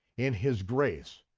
in his grace,